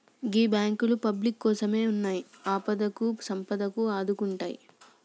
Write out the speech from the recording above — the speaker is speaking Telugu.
గీ బాంకులు పబ్లిక్ కోసమున్నయ్, ఆపదకు సంపదకు ఆదుకుంటయ్